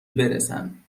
برسن